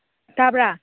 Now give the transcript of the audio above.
ꯇꯥꯕ꯭ꯔꯥ